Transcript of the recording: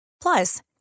Plus